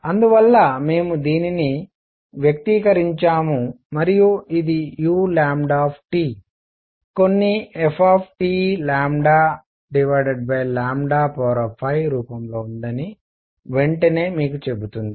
అందువల్ల మేము దీనిని వ్యక్తీకరించాము మరియు ఇది u కొన్ని f5 రూపంలో ఉందని వెంటనే మీకు చెబుతుంది